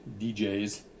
DJs